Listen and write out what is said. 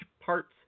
parts